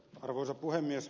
arvoisa puhemies